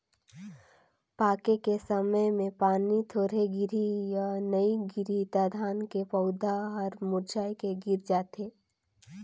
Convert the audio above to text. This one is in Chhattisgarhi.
पाके के समय मे पानी थोरहे गिरही य नइ गिरही त धान के पउधा हर मुरझाए के गिर जाथे